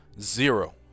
Zero